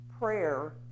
prayer